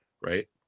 right